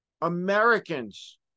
Americans